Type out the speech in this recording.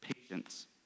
patience